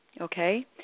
Okay